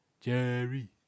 Jerry